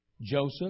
Joseph